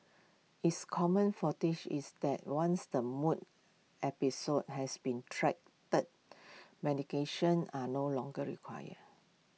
is common is that once the mood episodes has been treated medication are no longer required